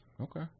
Okay